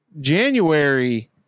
January